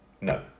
No